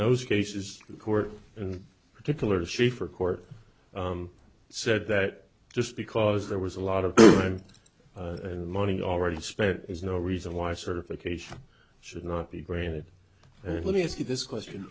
those cases the court in particular sheaffer court said that just because there was a lot of time and money already spent is no reason why certification should not be granted and let me ask you this question